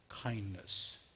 kindness